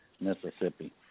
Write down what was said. Mississippi